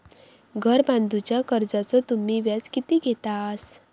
घर बांधूच्या कर्जाचो तुम्ही व्याज किती घेतास?